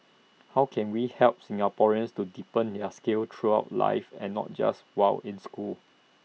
how can we help Singaporeans to deepen their skills throughout life and not just while in school